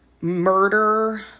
murder